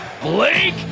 Blake